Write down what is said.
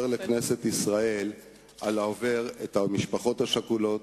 לכנסת ישראל על העובר על המשפחות השכולות,